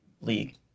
league